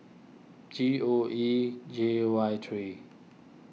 G O E J Y three